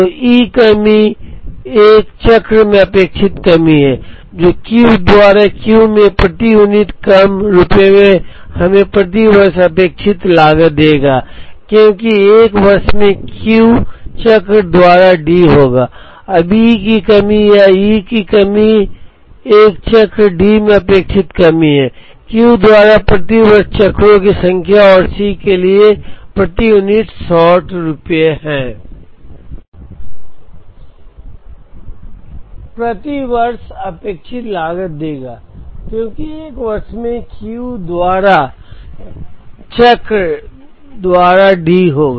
तो ई कमी एक चक्र में अपेक्षित कमी है जो क्यू द्वारा क्यू में प्रति यूनिट कम रुपये में हमें प्रति वर्ष अपेक्षित लागत देगा क्योंकि एक वर्ष में क्यू चक्र द्वारा डी होगा